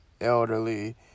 elderly